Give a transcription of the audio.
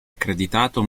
accreditato